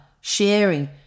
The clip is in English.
sharing